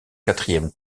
quatrième